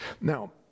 Now